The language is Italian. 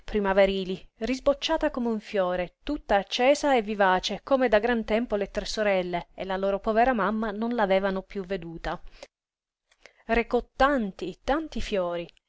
primaverili risbocciata come un fiore tutta accesa e vivace come da gran tempo le tre sorelle e la loro povera mamma non l'avevano piú veduta recò tanti tanti fiori